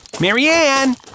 Marianne